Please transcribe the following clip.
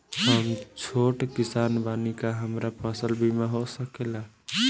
हम छोट किसान बानी का हमरा फसल बीमा हो सकेला?